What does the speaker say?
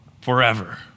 forever